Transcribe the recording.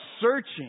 searching